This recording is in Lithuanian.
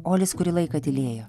olis kurį laiką tylėjo